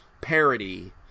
parody